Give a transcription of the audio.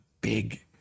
big